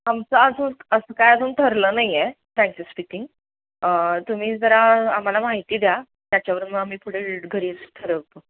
आमचं अजून असं काय अजून ठरलं नाही आहे फ्रँकली स्पीकिंग तुम्ही जरा आम्हाला माहिती द्या त्याच्यावरून मग आम्ही पुढे घरीच ठरवतो